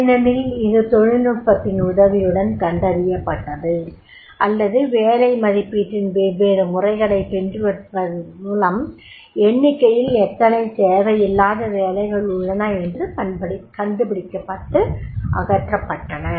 ஏனெனில் இது தொழில்நுட்பத்தின் உதவியுடன் கண்டறியப்பட்டது அல்லது வேலை மதிப்பீட்டின் வெவ்வேறு முறைகளைப் பின்பற்றுவதன் மூலம் எண்ணிக்கையில் எத்தனை தேவையில்லாத வேலைகள் உள்ளன என்று கண்டுபிடிக்கப்பட்டு அகற்றப் பட்டன